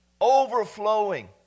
overflowing